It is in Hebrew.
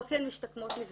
לא כמשתקמות מזנות.